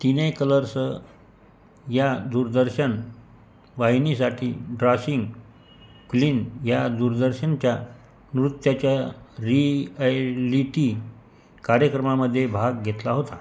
तिने कलर्स या दूरदर्शन वाहिनीसाठी ड्रासिंग क्लीन या दूरदर्शनच्या नृत्याच्या रिॲलिटी कार्यक्रमामधे भाग घेतला होता